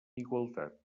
igualtat